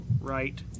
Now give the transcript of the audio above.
right